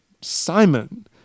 Simon